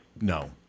No